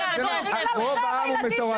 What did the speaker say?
--- רוב העם הוא מסורתי.